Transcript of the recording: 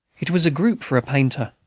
it was a group for a painter.